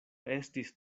estis